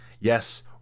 yes